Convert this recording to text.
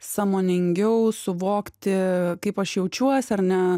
sąmoningiau suvokti kaip aš jaučiuos ar ne